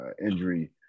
injury